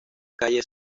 calle